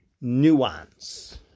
nuance